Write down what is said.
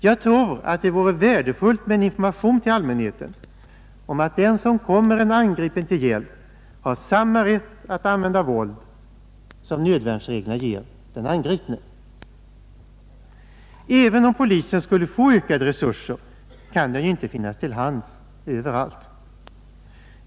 Jag tror det vore värdefullt med en information till allmänheten om att den som kommer en angripen till hjälp har samma rätt att använda våld som nödvärnsreglerna ger den angripne. Även om polisen skulle få ökade resurser, kan den ju inte finnas till hands överallt.